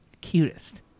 Cutest